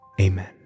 amen